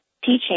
teaching